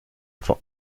vor